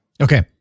Okay